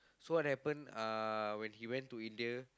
so what happen uh when he went to India